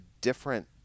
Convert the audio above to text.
different